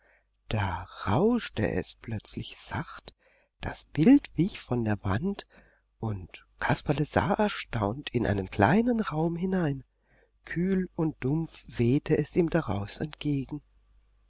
da rauschte es plötzlich sacht das bild wich von der wand und kasperle sah erstaunt in einen kleinen raum hinein kühl und dumpf wehte es ihm daraus entgegen